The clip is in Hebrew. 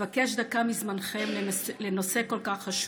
אבקש דקה מזמנכם לנושא כל כך חשוב,